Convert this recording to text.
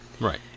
Right